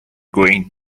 going